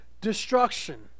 destruction